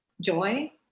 joy